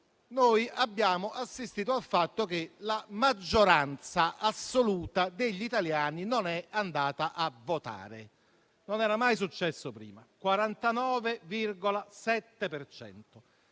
abbiamo assistito al fatto che la maggioranza assoluta degli italiani non è andata a votare. Non era mai successo prima: 49,7